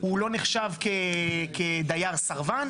הוא לא נחשב כדייר סרבן,